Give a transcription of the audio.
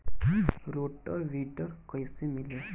Rotor weeder कईसे मिले?